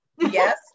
yes